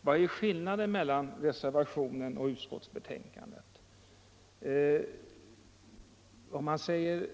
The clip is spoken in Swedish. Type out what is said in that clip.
Vad är skillnaden mellan reservationen och utskottsmajoritetens förslag? Om man säger